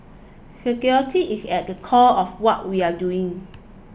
security is at the core of what we are doing